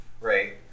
Right